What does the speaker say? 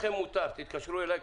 לכם מותר, תתקשרו אליי.